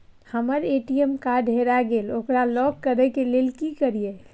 हमर ATM card हेरा गेल ओकरा लॉक करै के लेल की करियै?